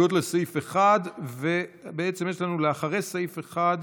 הסתייגות לסעיף 1, ויש לנו אחרי סעיף 1,